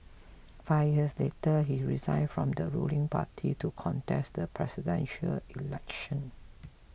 five years later he resigned from the ruling party to contest the Presidential Election